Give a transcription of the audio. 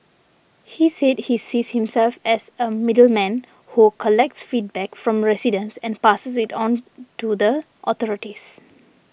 he said he sees himself as a middleman who collects feedback from residents and passes it on to the authorities